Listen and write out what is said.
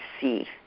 see